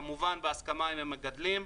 כמובן בהסכמה עם המגדלים.